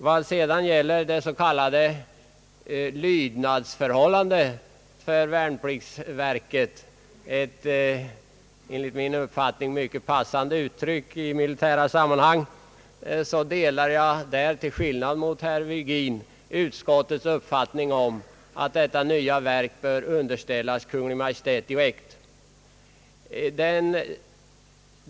När det gäller den s.k. lydnadsställningen för värnpliktsverket — ett enligt min mening passande uttryck i militära sammanhang — delar jag till skillnad från herr Virgin utskottets uppfattning om att detta nya verk bör underställas Kungl. Maj:t direkt.